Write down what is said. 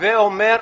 הווה אומר,